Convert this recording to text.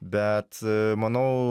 bet a manau